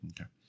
Okay